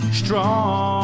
strong